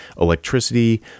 electricity